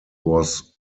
was